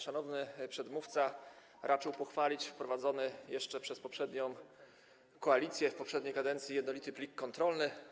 Szanowny przedmówca raczył pochwalić wprowadzony jeszcze przez poprzednią koalicję w poprzedniej kadencji jednolity plik kontrolny.